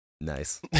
Nice